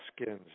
skins